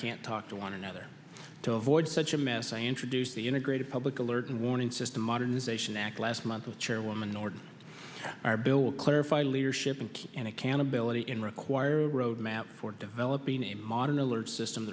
can't to one another to avoid such a mess i introduced the integrated public alert and warning system modernization act last month chairwoman ordered our bill clarify leadership and accountability in require a road map for developing a modern alert system